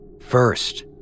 First